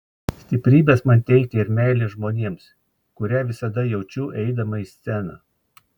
stiprybės man teikia ir meilė žmonėms kurią visada jaučiu eidama į sceną